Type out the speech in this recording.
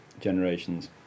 generations